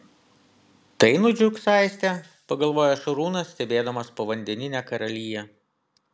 tai nudžiugs aistė pagalvojo šarūnas stebėdamas povandeninę karaliją